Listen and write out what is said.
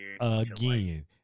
Again